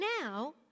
now